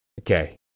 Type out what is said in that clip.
Okay